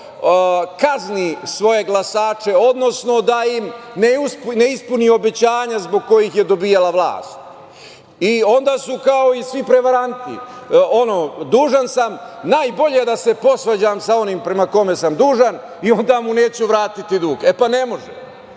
kazni svoje glasače, odnosno da im ne ispuni obećanje zbog kojih je dobijala vlast i onda su kao i svi prevaranti - dužan sam, najbolje da se posvađam sa onim prema kome sam dužan i onda mu neću vratiti dug, e pa, ne može. To